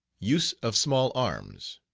use of small arms.